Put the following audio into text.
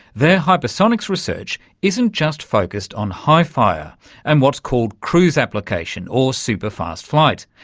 their hypersonics research isn't just focussed on hifire and what's called cruise application or super-fast flight,